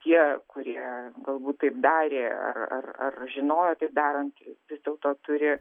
tie kurie gal būt taip darė ar ar ar žinojo tai darant vis dėl to turi